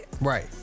Right